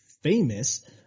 famous